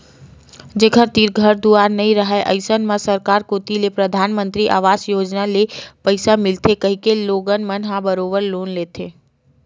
जेखर तीर घर दुवार नइ राहय अइसन म सरकार कोती ले परधानमंतरी अवास योजना ले पइसा मिलथे कहिके लोगन मन ह बरोबर लोन लेथे